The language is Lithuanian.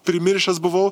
primiršęs buvau